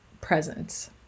presence